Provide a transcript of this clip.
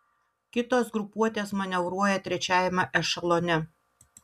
kitos grupuotės manevruoja trečiajame ešelone